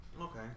Okay